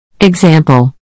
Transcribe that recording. Example